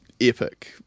epic